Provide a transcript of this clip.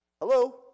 Hello